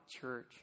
Church